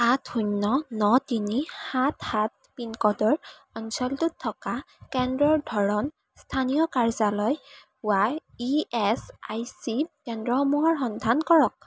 আঠ শূণ্য় ন তিনি সাত সাত পিনক'ডৰ অঞ্চলটোত থকা কেন্দ্ৰৰ ধৰণ স্থানীয় কাৰ্যালয় হোৱা ই এচ আই চি কেন্দ্ৰসমূহৰ সন্ধান কৰক